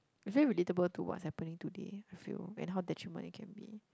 actually relatable to what's happening today I feel and how detriment it can be